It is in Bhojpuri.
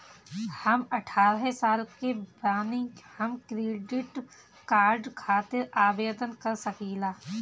हम अठारह साल के बानी हम क्रेडिट कार्ड खातिर आवेदन कर सकीला?